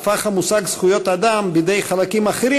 הפך המושג זכויות אדם בידי חלקים אחרים